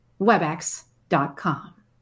webex.com